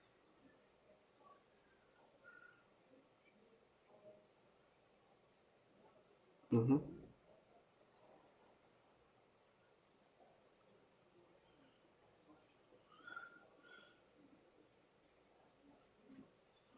mmhmm